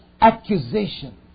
accusation